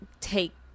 take